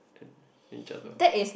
at at each other